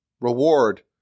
reward